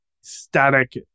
static